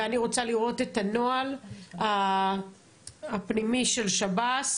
ואני רוצה לראות את הנוהל הפנימי של שב"ס.